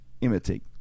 imitate